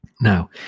now